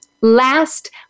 Last